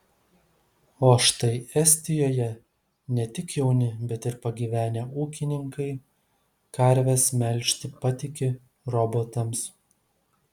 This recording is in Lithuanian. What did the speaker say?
o štai estijoje ne tik jauni bet ir pagyvenę ūkininkai karves melžti patiki robotams